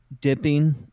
dipping